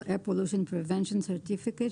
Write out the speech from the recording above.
Air Pollution Prevention Certificate),